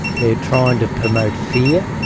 they're trying to promote fear,